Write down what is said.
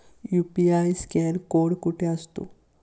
UPI scan code कुठे असतो?